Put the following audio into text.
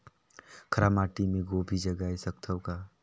खराब माटी मे गोभी जगाय सकथव का?